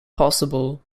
possible